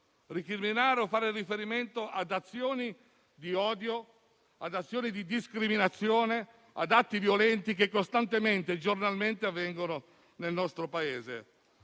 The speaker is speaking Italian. recriminare o fare riferimento ad azioni di odio e di discriminazione o ad atti violenti che costantemente e giornalmente avvengono nel nostro Paese.